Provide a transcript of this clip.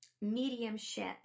mediumship